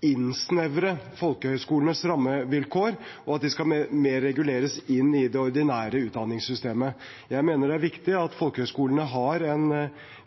innsnevre folkehøyskolenes rammevilkår, og at de skal reguleres mer inn i det ordinære utdanningssystemet. Jeg mener det er viktig at folkehøyskolene har en